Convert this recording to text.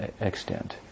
extent